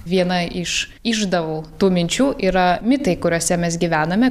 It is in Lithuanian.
viena iš išdavų tų minčių yra mitai kuriuose mes gyvename